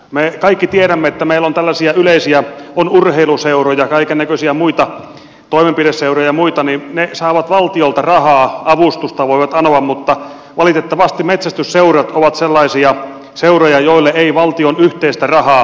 me kaikki tiedämme että meillä on tällaisia yleisiä seuroja on urheiluseuroja kaiken näköisiä muita toimenpideseuroja ja muita jotka saavat valtiolta rahaa jotka avustusta voivat anoa mutta valitettavasti metsästysseurat ovat sellaisia seuroja joille ei valtion yhteistä rahaa tule